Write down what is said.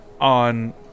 on